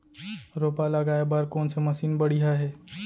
रोपा लगाए बर कोन से मशीन बढ़िया हे?